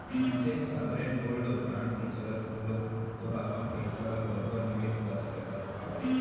मनसे ह sovereign gold bond के चलत घलोक ओहा अपन पइसा ल बरोबर निवेस कर सकत हावय